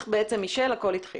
מישל, בבקשה.